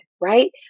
right